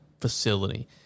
facility